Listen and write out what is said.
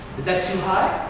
is that too high?